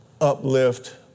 uplift